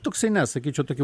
toksai ne sakyčiau tokia